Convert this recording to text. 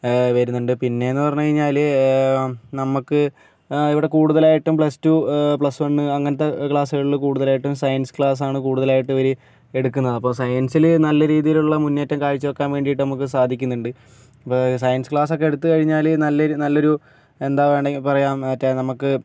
വരുന്നുണ്ട് പിന്നേന്നു പറഞ്ഞു കഴിഞ്ഞാല് നമുക്ക് ഇവിടെ കൂടുതലായിട്ടും പ്ലസ്ടു പ്ലസ് വൺ അങ്ങനെത്തെ ക്ലാസുകളിൽ കൂടുതലായിട്ടും സയൻസ് ക്ലാസ് ആണ് കൂടുതലായിട്ടും ഇവര് എടുക്കുന്നത് അപ്പം സയൻസിൽ നല്ല രീതിയിലുള്ള മുന്നേറ്റം കാഴ്ചവയ്ക്കാൻ വേണ്ടിയിട്ട് നമുക്ക് സാധിക്കുന്നുണ്ട് സയൻസ് ക്ലാസ് ഒക്കെ എടുത്തു കഴിഞ്ഞാൽ നല്ലൊരു നല്ല ഒരു എന്താ വേണമെങ്കിൽ പറയാം നമുക്ക് മറ്റൊരു